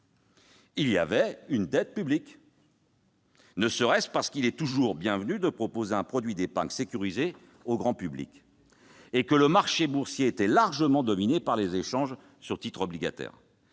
il y avait une dette publique, ne serait-ce que parce qu'il est toujours bienvenu de proposer un produit d'épargne sécurisé au grand public ; le marché boursier était alors largement dominé par les échanges de titres obligataires.